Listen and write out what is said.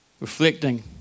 Reflecting